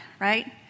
right